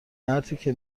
مرتیکه